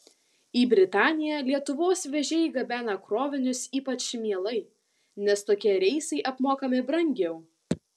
į britaniją lietuvos vežėjai gabena krovinius ypač mielai nes tokie reisai apmokami brangiau